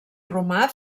romà